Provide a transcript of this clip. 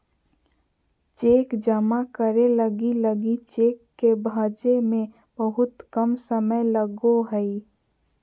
cheque जमा करे लगी लगी चेक के भंजे में बहुत कम समय लगो हइ